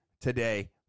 today